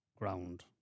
ground